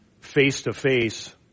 face-to-face